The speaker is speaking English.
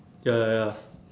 ya ya ya